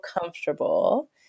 comfortable